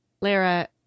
Lara